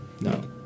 No